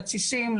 לקשישים,